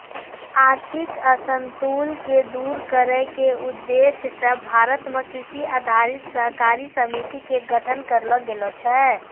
आर्थिक असंतुल क दूर करै के उद्देश्य स भारत मॅ कृषि आधारित सहकारी समिति के गठन करलो गेलो छै